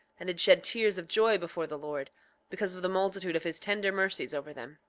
and did shed tears of joy before the lord, because of the multitude of his tender mercies over them.